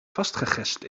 vastgegespt